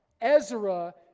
Ezra